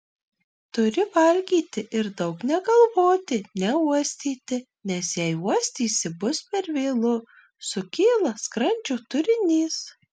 turi valgyti ir daug negalvoti neuostyti nes jei uostysi bus per vėlu sukyla skrandžio turinys